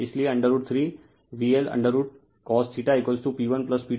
इसलिए √3 VL√cosP1P2 और √3 VL√sin √3 P2 P1